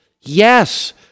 Yes